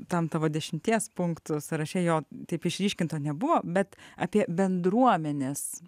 tam tavo dešimties punktų sąraše jo taip išryškinta nebuvo bet apie bendruomenes